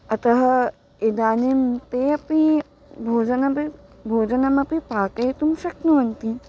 अतः इदानीं ते अपी भोजनमपि भोजनमपि पाकयितुं शक्नुवन्ति